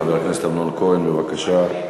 חבר הכנסת אמנון כהן, בבקשה.